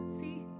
See